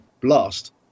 blast